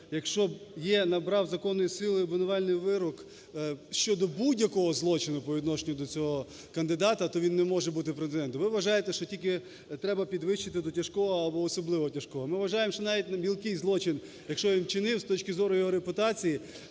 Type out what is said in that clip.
якщо є, набрав законної сили обвинувальний вирок щодо будь-якого злочину по відношенню до цього кандидата, то він не може бути претендентом. Ви вважаєте, що тільки треба підвищити до тяжкого або особливо тяжкого. Ми вважаємо, що навіть мілкий злочин якщо він вчинив, з точки зору його репутації